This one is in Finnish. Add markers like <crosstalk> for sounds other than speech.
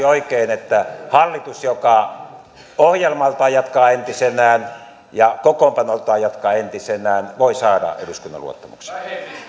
<unintelligible> oikein että hallitus joka ohjelmaltaan jatkaa entisenään ja kokoonpanoltaan jatkaa entisenään voi saada eduskunnan luottamuksen